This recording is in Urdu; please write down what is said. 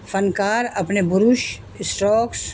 فنکار اپنے بروش اسٹاکس